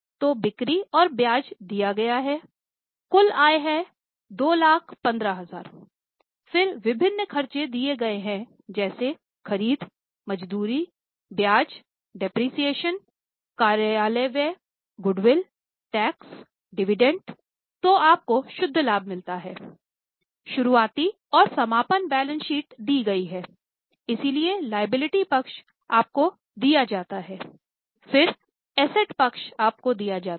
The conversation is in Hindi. तो बिक्री और ब्याज दिया गया है कुल आय है 215000 फिर विभिन्न खर्च दिए गए है जैसे ख़रीद मजदूरी ब्याज डेप्रिसिएशन कार्यालय व्यय गुडविल टैक्स डिविडेंड तो आप को शुद्ध लाभ मिलता है शुरुआती और समापन बैलेंस शीट दी गई है इसलिए लायबिलिटी पक्ष आपको दिया जाता है फिर एसेट पक्ष आपको दिया जाता है